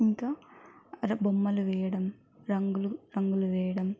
ఇంకా అర బొమ్మలు వేయడం రంగులు రంగులు వేయడం